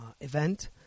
event